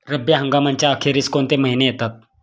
रब्बी हंगामाच्या अखेरीस कोणते महिने येतात?